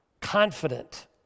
confident